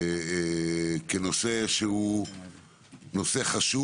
כנושא חשוב.